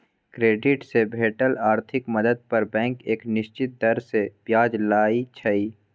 credit से भेटल आर्थिक मदद पर बैंक एक निश्चित दर से ब्याज लइ छइ